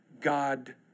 God